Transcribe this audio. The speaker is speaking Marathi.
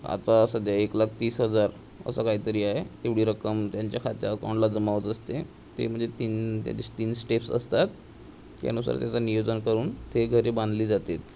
आता सध्या एक लाख तीस हजार असं काहीतरी आहे तेवढी रक्कम त्यांच्या खात्यात अकाऊंटला जमा होत असते ते म्हणजे तीन त्याचे तीन स्टेप्स असतात त्यानुसार त्याचा नियोजन करून ते घरे बांधली जातात